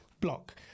Block